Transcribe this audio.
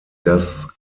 das